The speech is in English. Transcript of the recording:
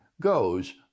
goes